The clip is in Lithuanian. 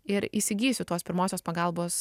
ir įsigysiu tos pirmosios pagalbos